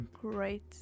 great